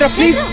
ah please,